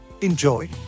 Enjoy